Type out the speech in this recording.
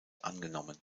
angenommen